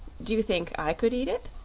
do you think i could eat it?